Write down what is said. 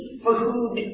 food